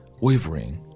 wavering